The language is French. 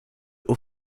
haut